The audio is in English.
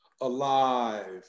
alive